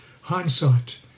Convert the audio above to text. hindsight